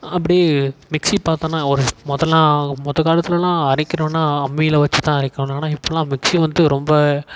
அப்படி மிக்ஸி பார்த்தோன்னா ஒரு மொதலெலாம் மொதல் காலத்திலலாம் அரைக்கணுன்னால் அம்மியில் வச்சு தான் அரைக்கணும் ஆனால் இப்போதெல்லாம் மிக்ஸி வந்து ரொம்ப